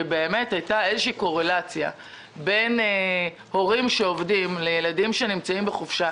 שבאמת היתה איזו קורלציה בין הורים שעובדים לבין ילדים בחופשה.